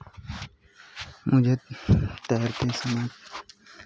मुझे तैरते समय